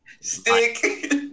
stick